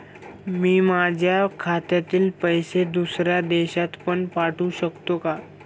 मी माझ्या खात्यातील पैसे दुसऱ्या देशात पण पाठवू शकतो का?